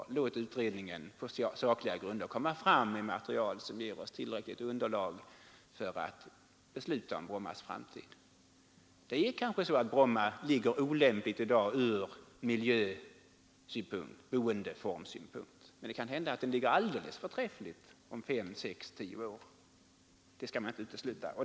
Man bör låta utredningen på sakliga grunder komma fram med material som ger oss tillräckligt underlag för att besluta om Brommas framtid. Bromma ligger kanske olämpligt i dag ur miljösynpunkt och boendesynpunkt, men det kan hända att den ligger alldeles förträffligt om fem—sex eller tio år. Det skall man inte utesluta.